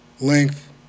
length